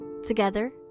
Together